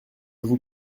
vous